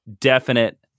definite